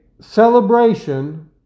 celebration